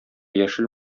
яшел